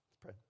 pray